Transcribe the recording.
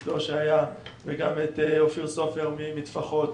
ממצפה הושעיה וגם אופיר סופר מטפחות,